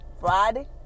Friday